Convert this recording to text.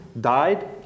died